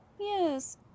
Yes